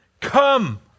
Come